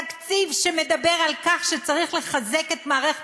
תקציב שמדבר על כך שצריך לחזק את מערכת